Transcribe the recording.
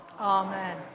Amen